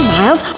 miles